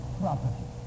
property